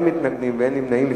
בעד, 21, אין מתנגדים ואין נמנעים.